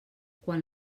quan